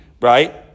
right